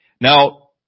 Now